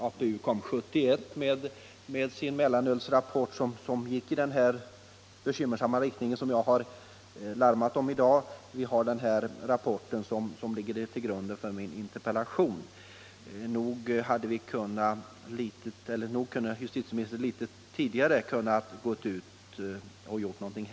APU kom 1971 med sin mellanölsrapport, som pekade på samma bekymmersamma utveckling som jag har larmat om i dag och som framgår av den rapport Våldsbrott och alkohol som ligger till grund för min interpellation. Nog hade justitieministern litet tidigare kunnat gå ut och göra någonting.